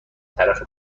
طرف